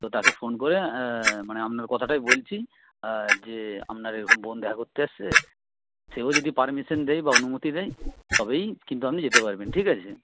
তো তাকে ফোন করে মানে আপনার কথাটাই বলছি যে আপনার এরকম বোন দেখা করতে এসছে সেও যদি পারমিশান দেয় বা অনুমতি দেয় তবেই কিন্তু আপনি যেতে পারবেন ঠিক আছে